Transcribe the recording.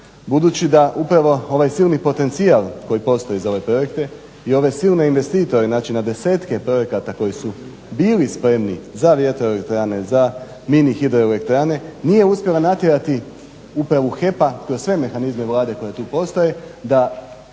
budući da upravo ovaj silni potencijal koji postoji za ove projekte i ove silne investitore, znači na desetke projekata koji su bili spremni za vjetroelektrane, za mini hidroelektrane nije uspjela natjerati upravu HEP-a kroz sve mehanizme Vlade koji tu postoje da